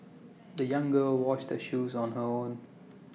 the young girl washed her shoes on her own